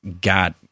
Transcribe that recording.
got